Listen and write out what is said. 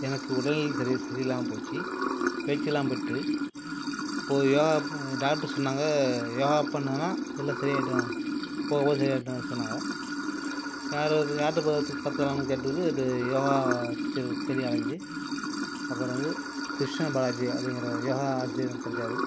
எனக்கு உடல்நிலை சரி சரியில்லாமல் போச்சு பேச்சில்லாமல் போயிட்டு இப்போது யோகா டாக்டர் சொன்னாங்க யோகா பண்ணோம்னா எல்லாம் சரியாகிடும் போக போக சரியாகிடுன்னு சொன்னாங்க யார்கிட்ட போய் கற்று தர்றாங்கன்னு கேட்டதுக்கு யோகா டீச்சர் தேடி அலைஞ்சி அப்புறம் வந்து கிருஷ்ண பாலாஜி அப்படிங்கிற யோகா ஆசிரியர் எனக்கு கெடைச்சாரு